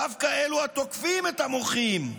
דווקא אלו התוקפים את המוחים,